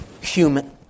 human